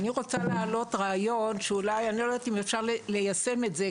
אני רוצה להעלות רעיון שאולי אפשר ליישם את זה.